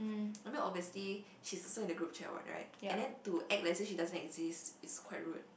I mean obviously she's also in the group chat what right and then to act like as if she doesn't exist is quite rude